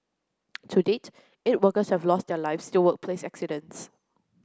to date eight workers have lost their lives to workplace accidents